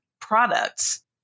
products